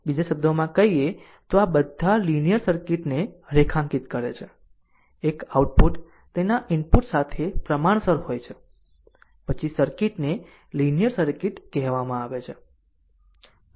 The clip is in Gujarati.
બીજા શબ્દોમાં કહીએ તો આ બધા લીનીયર સર્કિટને રેખાંકિત કરે છે એક આઉટપુટ તેના ઇનપુટ સાથે પ્રમાણસર હોય છે પછી સર્કિટને લીનીયર સર્કિટ કહેવામાં આવે છે